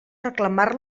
reclamar